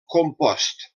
compost